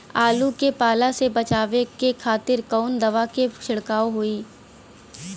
आलू के पाला से बचावे के खातिर कवन दवा के छिड़काव होई?